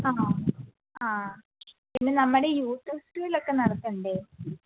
ആ ആ പിന്നെ നമ്മുടെ യൂത്ത് ഫെസ്റ്റിവെല് ഒക്കെ നടത്തേണ്ടേ